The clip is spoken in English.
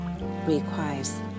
requires